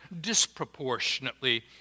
disproportionately